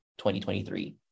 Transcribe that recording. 2023